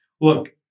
Look